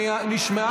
נשמעה שאלתך.